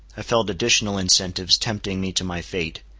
i felt additional incentives tempting me to my fate.